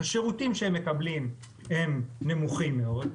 השירותים שהם מקבלים הם נמוכים מאוד,